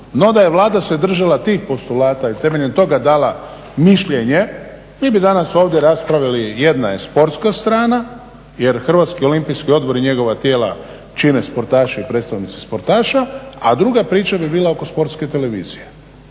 No da je Vlada se držala tih postulata i temeljem toga dala mišljenje, mi bi danas ovdje raspravili, jedna je sportska strana jer Hrvatski olimpijski odbor i njegova tijela čine sportaši i predstavnici sportaša a druga priča bi bila oko sportske televizije